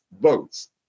votes